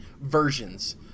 versions